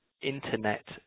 internet